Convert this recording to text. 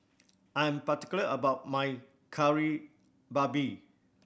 I am particular about my Kari Babi